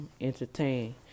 entertain